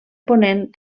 ponent